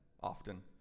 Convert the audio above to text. often